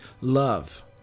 love